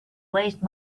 waste